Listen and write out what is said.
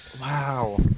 Wow